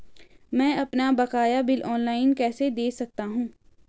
मैं अपना बकाया बिल ऑनलाइन कैसे दें सकता हूँ?